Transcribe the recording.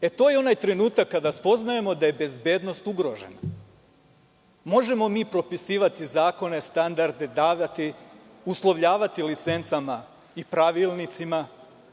E, to je onaj trenutak kada spoznajemo da je bezbednost ugrožena. Možemo mi propisivati zakone, davati standarde, uslovljavati licencama i pravilnicima,